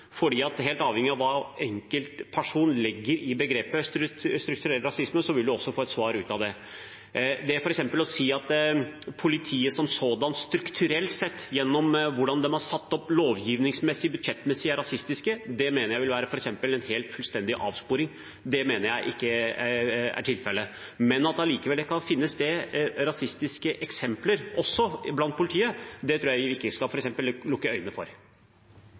så vil man også få et svar ut fra det. Det å si f.eks. at politiet som sådan – strukturelt sett, gjennom hvordan de er satt opp lovgivningsmessig og budsjettmessig – er rasistiske, det mener jeg ville være en helt fullstendig avsporing. Det mener jeg ikke er tilfellet. Men at det allikevel kan finnes rasistiske eksempler også blant politiet, det tror jeg ikke vi skal lukke øynene for.